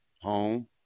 home